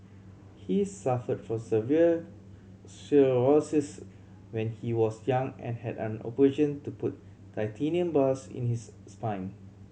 he suffered from severe sclerosis when he was young and had an operation to put titanium bars in his spine